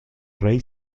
rey